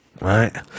right